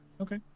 Okay